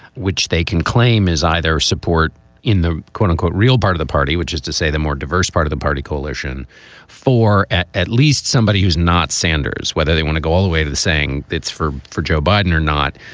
which they can claim as either support in the quote unquote, real part of the party, which is to say the more diverse part of the party coalition for at at least somebody who's not sanders, whether they want to go all the way to the saying it's for for joe biden or not.